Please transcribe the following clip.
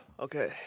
Okay